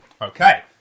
Okay